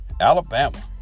Alabama